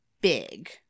big